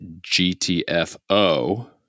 GTFO